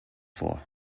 for